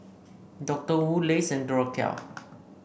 Doctor Wu Lays Duracell